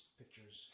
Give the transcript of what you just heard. pictures